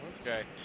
Okay